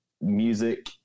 music